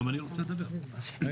בבקשה.